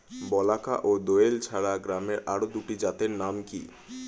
বলাকা ও দোয়েল ছাড়া গমের আরো দুটি জাতের নাম কি?